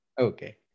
okay